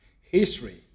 History